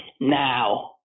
now